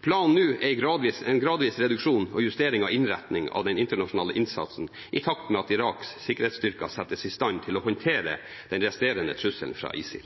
Planen nå er en gradvis reduksjon og justering av innretningen av den internasjonale innsatsen i takt med at Iraks sikkerhetsstyrker settes i stand til å håndtere den resterende trusselen fra ISIL.